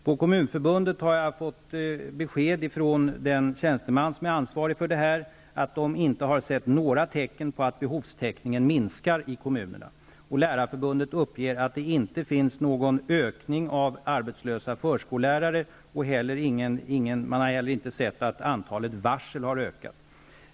På Kommunförbundet har jag fått besked från den tjänsteman som är ansvarig för detta att de inte har sett några tecken på att behovstäck ningen minskar i kommunerna. Lärarförbundet uppger att det inte sker någon ökning av antalet arbetslösa förskollärare, och man har inte heller sett att antalet varsel har ökat.